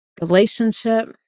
relationship